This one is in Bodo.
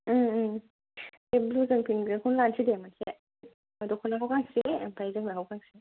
ओम ओम बे ब्लु जों पिंक जोंखौनो लानोसै दे मोनसे दखनाखौ गांसे ओमफ्राय जोमग्राखौ गांसे